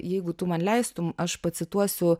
jeigu tu man leistum aš pacituosiu